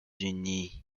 unis